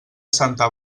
santa